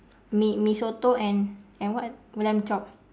mee mee soto and and what lamb chop